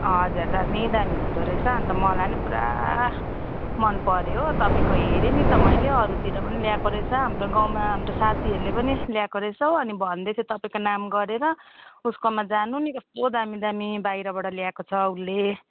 हजुर दामी दामी हुँदो रहेछ अनि त मलाई नि पुरा मनपर्यो हो तपाईँको हेरेँ नि त मैले अरूतिर पनि ल्याएको रहेछ हाम्रो गाउँमा हाम्रो साथीहरूले पनि ल्याएको रहेछ हो अनि भन्दै थियो तपाईँको नाम गरेर उसकोमा जानु नि कस्तो दामी दामी बाहिरबाट ल्याएको छ उसले